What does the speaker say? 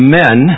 men